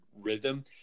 rhythm